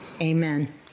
Amen